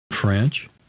French